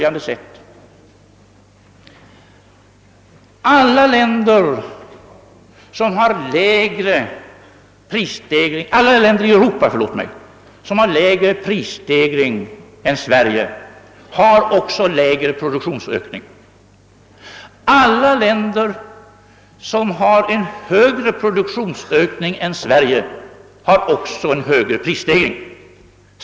Alla länder i Europa som har mindre prisstegring än Sverige har också lägre produktionsökning. Alla länder som har en högre produktionsökning än Sverige har också en större Prisstegring.